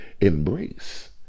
embrace